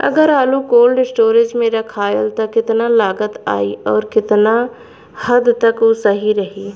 अगर आलू cold storage में रखायल त कितना लागत आई अउर कितना हद तक उ सही रही?